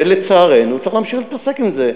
לצערנו, צריך להמשיך להתעסק עם זה.